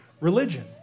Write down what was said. religion